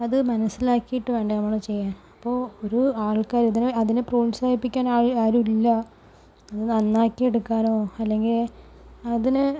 അതു മനസ്സിലാക്കിയിട്ട് വേണ്ടേ നമ്മൾ ചെയ്യാൻ അപ്പോൾ ഒരു ആൾക്കാർ ഇതിനെ അതിനെ പ്രോത്സാഹിപ്പിക്കാൻ ആരും ഇല്ല അത് നന്നാക്കി എടുക്കാനോ അല്ലെങ്കിൽ അതിനെ